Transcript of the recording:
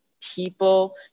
people